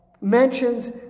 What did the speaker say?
mentions